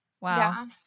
Wow